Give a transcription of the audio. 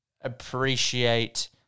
appreciate